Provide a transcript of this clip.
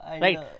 right